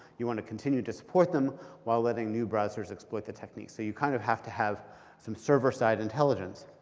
you want to continue to support them well letting new browsers exploit the techniques. so you kind of have to have some server-side intelligence.